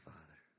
Father